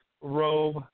robe